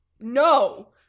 No